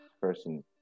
person